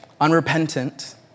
unrepentant